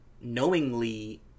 knowingly